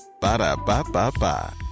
Ba-da-ba-ba-ba